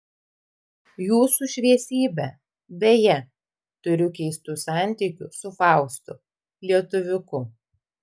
jūsų šviesybe beje turiu keistų santykių su faustu lietuviuku